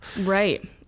Right